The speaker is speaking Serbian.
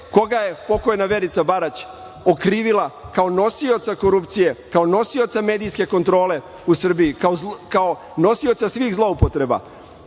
koga je pokojna Verica Barać okrivila kao nosioca korupcije, kao nosioca medijske kontrole u Srbiji, kao nosioca svih zloupotreba?